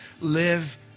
live